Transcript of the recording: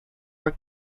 were